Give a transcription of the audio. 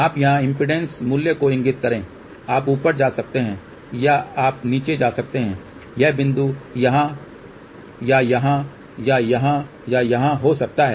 आप यहां इम्पीडेन्स मूल्य को इगिंत करें आप ऊपर जा सकते हैं या आप नीचे जा सकते हैं यह बिंदु यहाँ या यहाँ या यहाँ या यहाँ हो सकता है